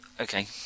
okay